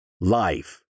Life